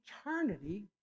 eternity